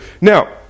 Now